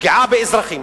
פגיעה באזרחים.